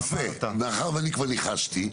מאחר שאני כבר ניחשתי,